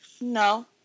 No